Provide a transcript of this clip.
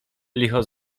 licho